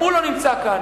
גם הוא לא נמצא כאן,